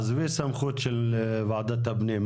עזבי סמכות של ועדת הפנים,